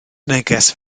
neges